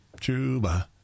Chuba